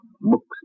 books